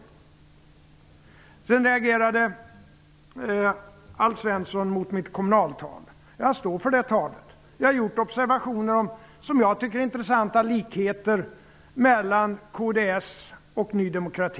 Alf Svensson reagerade mot mitt tal vid Kommunalkongressen. Jag står för det talet. Jag har gjort observationer av vad jag tycker är intressanta likheter mellan kds och Ny demokrati.